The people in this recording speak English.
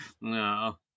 No